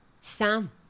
Sam